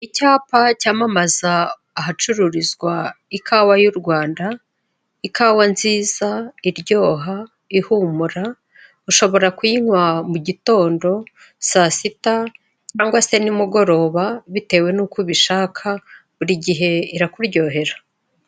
Icyapa cyamamaza ahacururizwa ikawa y'u Rwanda ikawa nziza, iryoha, ihumura ushobora kuyinywa mu gitondo saa sita cyangwa se nimugoroba bitewe n'uko ubishaka buri gihe irakuryohera.